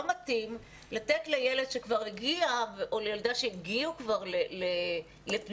לא מתאים לתת לילד או לילדה שהגיעו כבר לפנימייה,